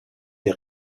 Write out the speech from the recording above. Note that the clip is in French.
les